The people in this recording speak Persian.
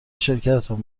شرکتتان